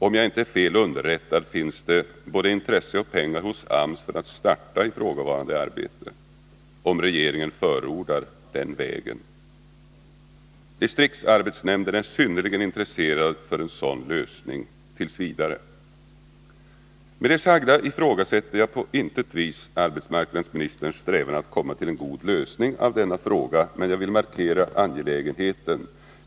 Om jaginte är fel underrättad finns det både intresse och pengar hos AMS för att starta ifrågavarande arbete, om regeringen förordar den vägen. Distriktsarbetsnämnden är synnerligen intresserad av en sådan lösning t. v. Med det sagda ifrågasätter jag på intet vis arbetsmarknadsministerns strävan att åstadkomma en god lösning av denna fråga, men jag vill markera angelägenheten.